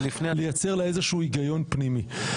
לייצר לה איזה שהוא היגיון פנימי.